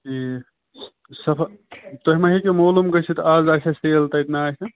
ٹھیٖک صفا تۄہہِ ما ہیٚکِو معلوٗم گٔژھِتھ آز آسیا سیل تَتہِ نا آسیا